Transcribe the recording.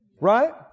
right